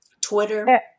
Twitter